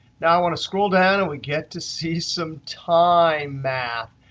now, i want to scroll down and we get to see some time math.